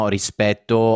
Rispetto